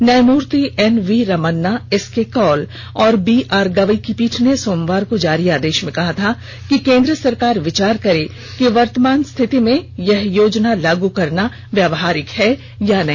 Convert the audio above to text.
न्यायमूर्ति N V Ramana S K Kaul और B R Gavai की पीठ ने सोमवार को जारी आदेश में कहा था कि केन्द्र सरकार विचार करे कि वर्तमान स्थिति में यह योजना लागू करना व्यावहारिक है या नहीं